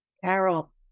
Carol